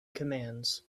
commands